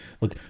look